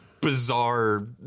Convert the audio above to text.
bizarre